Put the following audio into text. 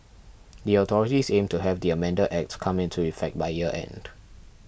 the authorities aim to have the amended acts come into effect by year end